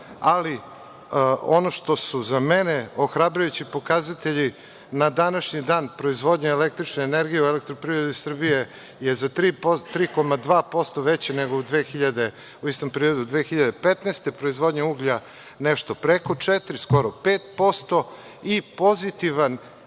ali ono što su za mene ohrabrujući pokazatelji na današnji dan proizvodnja električne energije u Elektroprivredi Srbije je za 3,2% veći nego u istom periodu 2015. godine, proizvodnja uglja nešto preko 4%, skoro 5% i pozitivan